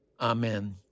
Amen